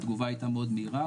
התגובה הייתה מאוד מהירה,